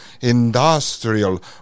industrial